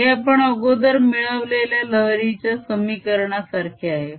हे आपण अगोदर मिळवलेल्या लहरीच्या समिकारणासारखे आहे